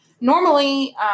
Normally